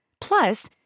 Plus